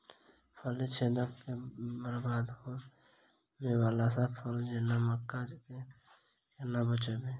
फली छेदक सँ बरबाद होबय वलासभ फसल जेना मक्का कऽ केना बचयब?